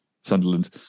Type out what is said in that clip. Sunderland